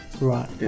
Right